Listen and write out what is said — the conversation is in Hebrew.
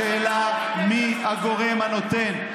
השאלה מי הגורם הנותן.